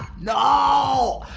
no!